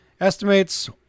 estimates